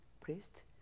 priest